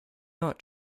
not